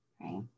right